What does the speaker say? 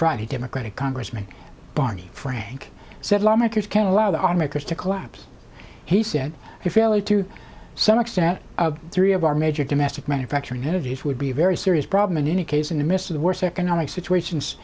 friday democratic congressman barney frank said lawmakers can allow the on makers to collapse he said if you really to some extent out of three of our major domestic manufacturing energy it would be a very serious problem in any case in the midst of the worst economic situations